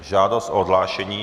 Žádost o odhlášení.